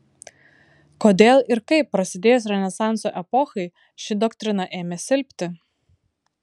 kodėl ir kaip prasidėjus renesanso epochai ši doktrina ėmė silpti